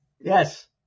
Yes